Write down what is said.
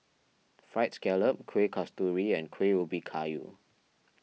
Fried Scallop Kueh Kasturi and Kuih Ubi Kayu